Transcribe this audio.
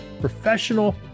professional